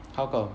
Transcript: how come